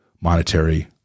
monetary